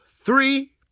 three